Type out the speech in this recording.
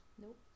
Nope